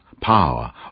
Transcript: power